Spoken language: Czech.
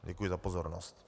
Děkuji za pozornost.